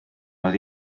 oedd